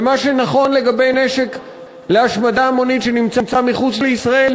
ומה שנכון לגבי נשק להשמדה המונית שנמצא מחוץ לישראל,